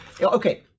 Okay